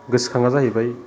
गोसोखांथिया जाहैबाय